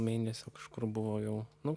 mėnesio kažkur buvo jau nu